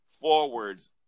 forwards